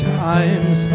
times